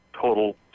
total